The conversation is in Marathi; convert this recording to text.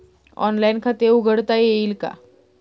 ऑनलाइन खाते उघडता येईल का?